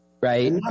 Right